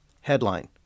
Headline